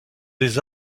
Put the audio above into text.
des